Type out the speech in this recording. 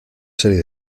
serie